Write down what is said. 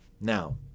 Now